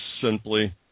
simply